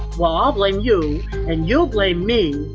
warbling you and you blame me,